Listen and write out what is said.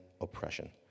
oppression